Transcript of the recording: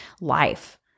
life